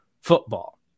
football